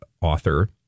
author